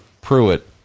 Pruitt